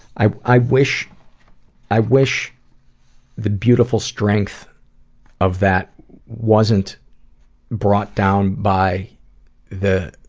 i i wish i wish the beautiful strength of that wasn't brought down by the